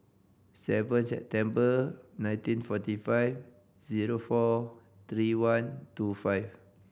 seven September nineteen forty five zero four three one two five